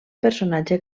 personatge